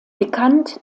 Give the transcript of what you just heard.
bekannt